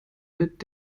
mit